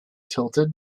tilted